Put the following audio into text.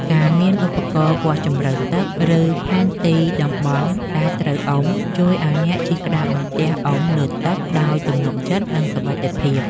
ការមានឧបករណ៍វាស់ជម្រៅទឹក ឬផែនទីតំបន់ដែលត្រូវអុំ ជួយឱ្យអ្នកជិះក្តារបន្ទះអុំលើទឹកដោយទំនុកចិត្ត និងសុវត្ថិភាព។